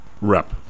rep